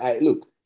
look